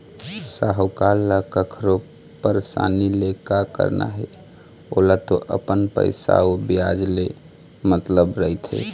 साहूकार ल कखरो परसानी ले का करना हे ओला तो अपन पइसा अउ बियाज ले मतलब रहिथे